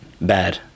bad